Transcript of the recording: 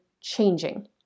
changing